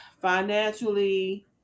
financially